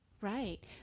Right